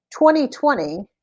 2020